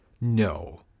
No